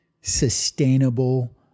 sustainable